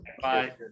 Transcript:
Bye